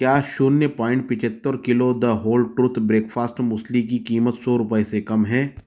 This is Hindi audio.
क्या शून्य पॉइंट पचहत्तर kilo the whole truth breakfast muesli की क़ीमत सौ रुपए से कम है